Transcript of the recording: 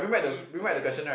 really too bad